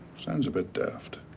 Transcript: sounds a bit daft.